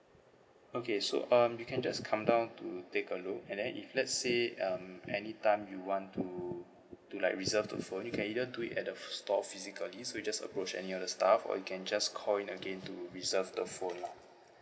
okay so um you can just come down to take a look and then if let's say um anytime you want to do like reserve the phone you can either do it at the store physically so you just approach any of the staff or you can just call in again to reserve the phone lah